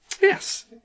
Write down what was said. yes